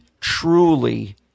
truly